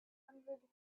hundred